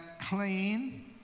clean